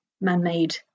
man-made